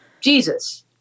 Jesus